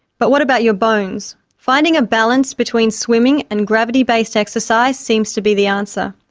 but what about your bones? finding a balance between swimming and gravity based exercise seems to be the answer.